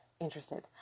interested